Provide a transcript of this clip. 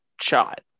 shot